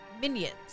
minions